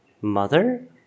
Mother